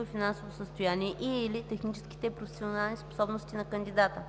и финансово състояние, и/или техническите и професионални способности на кандидата”.”